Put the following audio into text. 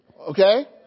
Okay